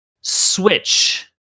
switch